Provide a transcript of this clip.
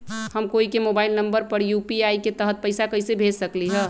हम कोई के मोबाइल नंबर पर यू.पी.आई के तहत पईसा कईसे भेज सकली ह?